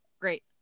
Great